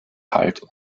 halt